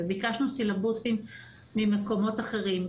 ביקשנו סילבוסים ממקומות אחרים.